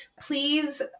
please